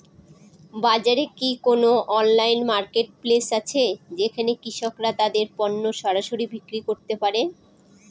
বাজারে কি কোন অনলাইন মার্কেটপ্লেস আছে যেখানে কৃষকরা তাদের পণ্য সরাসরি বিক্রি করতে পারে?